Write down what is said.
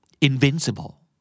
invincible